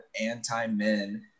anti-men